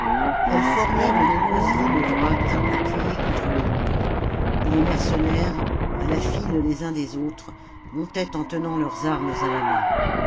elles formaient de nombreuses lignes droites appuyées contre le mur et les mercenaires à la file les uns des autres montaient en tenant leurs armes à la main